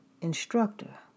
instructor